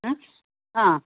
हं हां